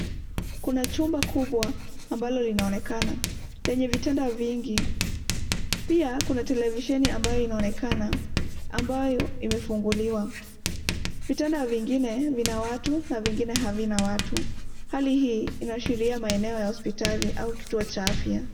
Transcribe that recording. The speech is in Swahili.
Kuna chumba kubwa ambalo linaonekana lenye vitanda vingi. Pia kuna televisheni ambayo inaonekana ambayo imefunguliwa. Vitanda vingine vina watu na vingine havina watu. Hali hii inaashiria eneo la hospitali au eneo la afya.